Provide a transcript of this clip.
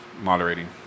moderating